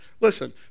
Listen